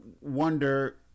wonder